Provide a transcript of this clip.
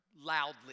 loudly